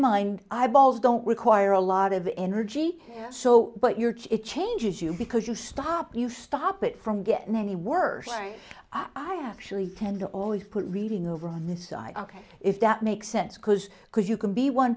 mind i balls don't require a lot of energy so but your kit changes you because you stop you stop it from getting any worse i actually tend to always put reading over on this side if that makes sense because because you can be one